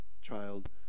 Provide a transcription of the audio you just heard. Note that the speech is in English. child